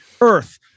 earth